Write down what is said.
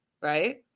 right